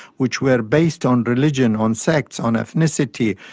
which were based on religion, on sects, on ethnicity,